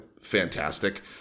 fantastic